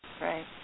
right